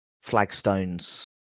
flagstones